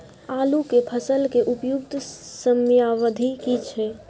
आलू के फसल के उपयुक्त समयावधि की छै?